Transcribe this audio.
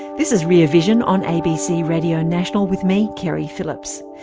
this is rear vision on abc radio national, with me, keri phillips.